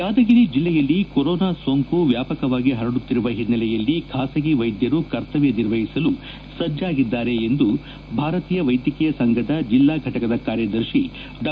ಯಾದಗಿರಿ ಜಿಲ್ಲೆಯಲ್ಲಿ ಕೋರೋನಾ ಸೋಂಕು ವ್ಯಾಪಕವಾಗಿ ಪರಡುತ್ತಿರುವ ಹಿನ್ನೆಲೆಯಲ್ಲಿ ಖಾಸಗಿ ವೈದ್ಯರು ಕರ್ತವ್ಯ ನಿರ್ವಹಿಸಲು ಸಜ್ಜಾಗಿದ್ದಾರೆ ಎಂದು ಭಾರತೀಯ ವೈದ್ಯಕೀಯ ಸಂಘದ ಜಿಲ್ಲಾ ಘಟಕದ ಕಾರ್ಯದರ್ಶಿ ಡಾ